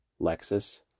Lexus